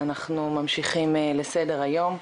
אנחנו ממשיכים לסדר היום.